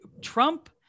Trump